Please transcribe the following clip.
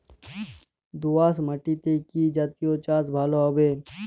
দোয়াশ মাটিতে কি জাতীয় চাষ ভালো হবে?